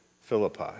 Philippi